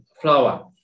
flower